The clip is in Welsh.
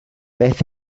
beth